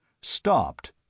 Stopped